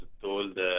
told